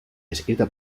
escrita